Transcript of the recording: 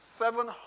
seven